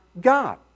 God